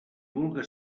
vulga